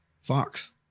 Fox